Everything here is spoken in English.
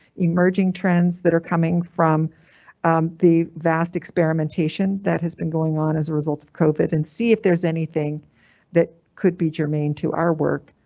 emerging trends that are coming from the vast experimentation that has been going on as a result of covid and see if there's anything that could be germane to our work,